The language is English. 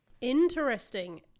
Interesting